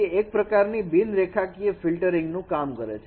તે એક પ્રકારની બિનરેખાકીય ફીલ્ટરીંગ નું કામ કરે છે